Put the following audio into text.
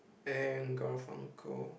and Garfunkel